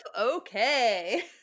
Okay